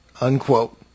Unquote